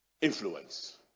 influence